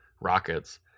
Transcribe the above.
Rockets